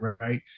right